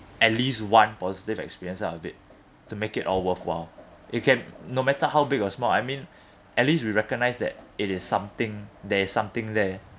at least one positive experience out of it to make it all worthwhile it can no matter how big or small I mean at least we recognise that it is something there is something there